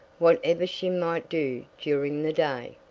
whatever she might do during the day.